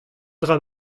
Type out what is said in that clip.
dra